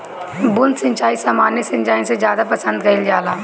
बूंद सिंचाई सामान्य सिंचाई से ज्यादा पसंद कईल जाला